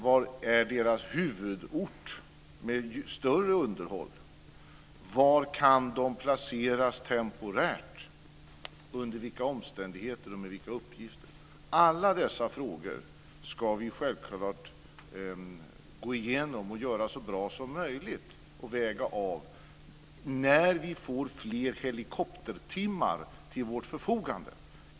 Var är deras huvudort med större underhåll? Var kan de placeras temporärt, under vilka omständigheter och med vilka uppgifter? Alla dessa frågor ska vi självklart gå igenom, göra det så bra som möjligt och göra en avvägning. Det ska vi göra när vi får fler helikoptertimmar till vårt förfogande.